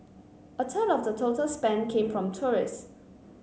a third of the total spend came from tourists